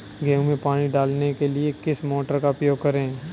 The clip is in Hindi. गेहूँ में पानी डालने के लिए किस मोटर का उपयोग करें?